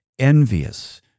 envious